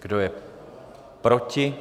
Kdo je proti?